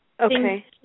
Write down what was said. okay